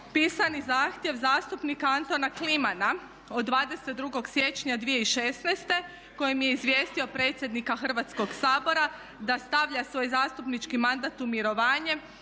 pisani zahtjev zastupnika Antona Klimana od 22. siječnja 2016. kojim je izvijestio predsjednika Hrvatskog sabora da stavlja svoj zastupnički mandat u mirovanje